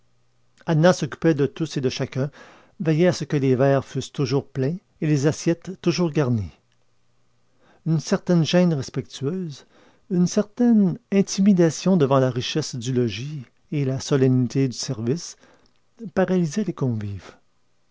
anna s'occupait de tous et de chacun veillait à ce que les verres fussent toujours pleins et les assiettes toujours garnies une certaine gêne respectueuse une certaine intimidation devant la richesse du logis et la solennité du service paralysaient les convives